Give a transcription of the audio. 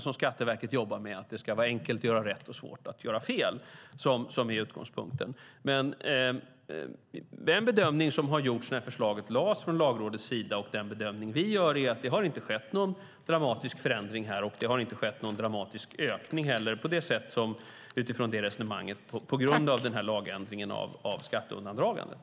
Skatteverket jobbar med devisen att det ska vara enkelt att göra rätt och svårt att göra fel, och det är den som är utgångspunkten. Den bedömning som gjordes från Lagrådets sida när förslaget lades fram och den bedömning vi gör är att det inte har skett någon dramatisk förändring och heller ingen dramatisk ökning på grund av den här lagändringen när det gäller skatteundandragandet.